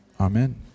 amen